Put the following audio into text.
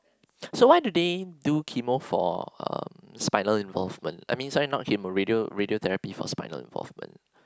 so why do they do chemo for um spinal involvement I mean sorry not chemo I mean radio radiotherapy for spinal involvement